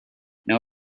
now